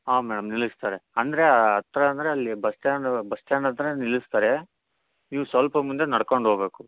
ಹಾಂ ಮೇಡಮ್ ನಿಲ್ಲಿಸ್ತಾರೆ ಅಂದರೆ ಹತ್ರ ಅಂದರೆ ಅಲ್ಲಿ ಬಸ್ ಸ್ಟ್ಯಾಂಡ್ ಬಸ್ ಸ್ಟ್ಯಾಂಡ್ ಹತ್ರವೇ ನಿಲ್ಲಿಸ್ತಾರೆ ನೀವು ಸ್ವಲ್ಪ ಮುಂದೆ ನಡ್ಕೊಂಡು ಹೋಗಬೇಕು